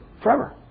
forever